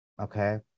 Okay